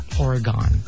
Oregon